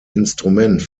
instrument